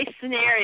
scenario